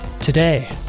today